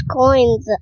coins